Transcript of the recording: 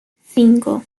cinco